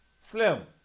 Slim